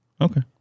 Okay